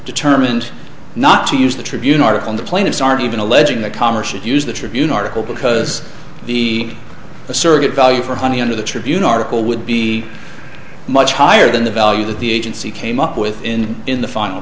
determined not to use the tribune article on the plaintiffs aren't even alleging that congress should use the tribune article because the surrogate value for money under the tribune article would be much higher than the value that the agency came up with in in the final